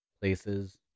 places